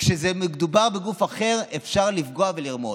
כשמדובר בגוף אחר אפשר לפגוע ולרמוס?